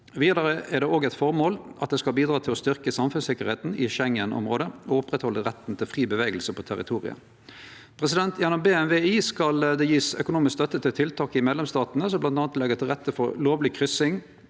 Vidare er det òg eit formål at det skal bidra til å styrkje samfunnssikkerheita i Schengen-området og halde oppe retten til fri ferdsle på territoriet. Gjennom BMVI skal det gjevast økonomisk støtte til tiltak i medlemsstatane som bl.a. legg til rette for lovleg kryssing